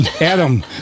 Adam